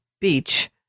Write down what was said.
beach